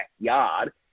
backyard